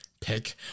pick